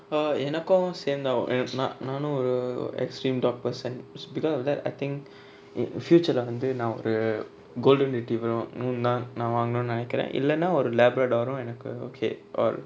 err எனக்கு சேந்தா அவ அனுப்புனா நானு ஒரு:enaku sentha ava anupuna nanu oru extreme dog person because of that I think future lah வந்து நா ஒரு:vanthu na oru golden retriever moonang நா வாங்கனுனு நெனைகுர இல்லனா ஒரு:na vaaganunu nenaikura illana oru labrador uh எனக்கு:enaku okay or